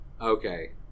Okay